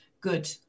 good